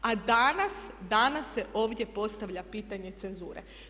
A danas, danas se ovdje postavlja pitanje cenzure.